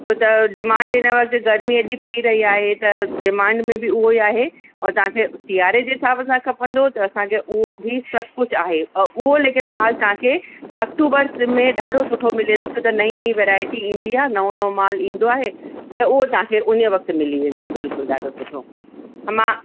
छो त डिमांड हिन वक़्तु गर्मी एॾी पई रही आहे त डिमांड में बि उहो ई आहे और तव्हांखे सियारे जे हिसाब सां खपंदो त असांखे उहो बि सभु कुझु आहे औरि उहो लेकिन माल तव्हांखे अक्टूबर में ॾाढो सुठो मिली वेंदो छो त नई नई वैरायटी ईंदी आहे नओ नओ माल ईंदो आहे त उहो तव्हांखे उन वक़्तु मिली वेंदो बिल्कुलु ॾाढो सुठो हा मां